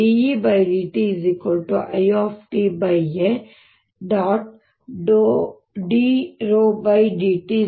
dE dt I A